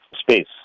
space